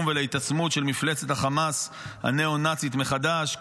ולהתעצמות של מפלצת החמאס הנאו-נאצית מחדש.